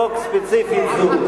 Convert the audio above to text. אנחנו דנים כרגע בהצעת חוק ספציפית זו.